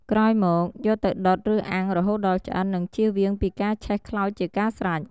ក្រោយមកយកទៅដុតឬអាំងរហូតដល់ឆ្អិន និងជៀសវាងពីការឆេះខ្លោចជាការស្រេច។